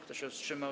Kto się wstrzymał?